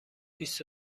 بیست